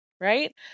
right